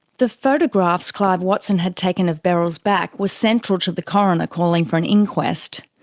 the photographs clive watson had taken of beryl's back were central to the coroner calling for an inquest.